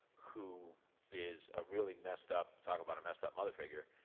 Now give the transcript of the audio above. who is a really messed up. talk about a messed up mother figure.